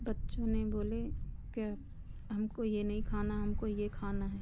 बच्चों ने बोले क्या हमको यह नहीं खाना हमको यह खाना है